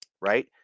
right